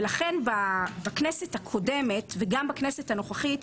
לכן בכנסת הקודמת וגם בנוכחית,